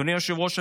אדוני היושב-ראש,